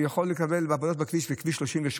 אנשים יכולים לקבל עבודות בכביש 38,